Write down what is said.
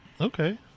okay